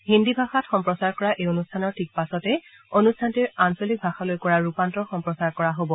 হিন্দী ভাষাত সম্প্ৰচাৰ কৰা এই অনুষ্ঠানৰ ঠিক পাছতেই অনুষ্ঠানটিৰ আঞ্চলিক ভাষালৈ কৰা ৰূপান্তৰ সম্প্ৰচাৰ কৰা হ'ব